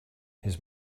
his